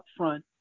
upfront